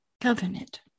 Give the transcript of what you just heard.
covenant